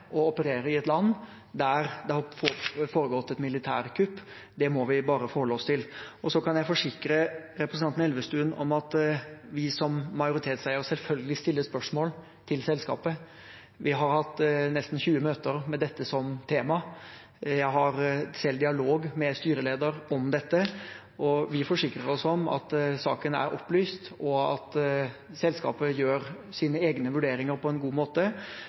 i et land der det har foregått et militærkupp. Det må vi bare forholde oss til. Jeg kan forsikre representanten Elvestuen om at vi som majoritetseier selvfølgelig stiller spørsmål til selskapet. Vi har hatt nesten 20 møter med dette som tema. Jeg har selv dialog med styreleder om dette. Vi forsikrer oss om at saken er opplyst, og at selskapet gjør sine egne vurderinger på en god måte,